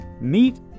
meet